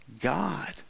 God